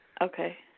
Okay